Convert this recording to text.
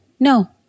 No